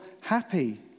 happy